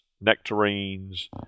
nectarines